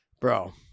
Bro